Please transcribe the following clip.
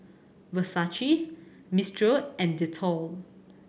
Versace Mistral and Dettol